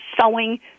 sewing